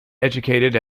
educated